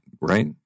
right